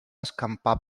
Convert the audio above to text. escampar